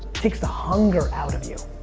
takes the hunger out of you.